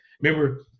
remember